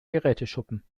geräteschuppen